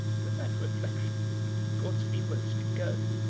with that reflection gortsby rose to go